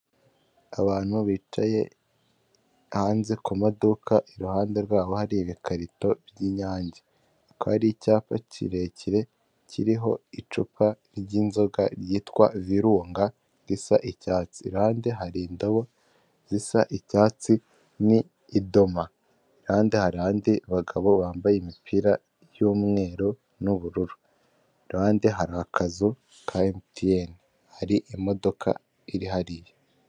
Abantu bicaye hanze ku maduka iruhande rwabo hari ibikarito by'inyange, aka ari icyapa kirekire kiriho icupa ry'yinzoga ryitwa virunga risa icyatsi, iruhande hari indabo zisa icyatsi n' idoma, iruhande hari abagabo bambaye imipira y'umweru n'ubururu, iruhande hari akazu ka emutiyene, hari imodoka iri hariya.